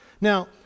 Now